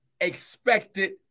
Expected